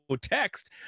text